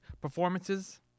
performances